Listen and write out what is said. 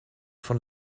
von